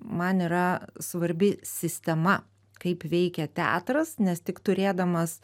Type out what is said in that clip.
man yra svarbi sistema kaip veikia teatras nes tik turėdamas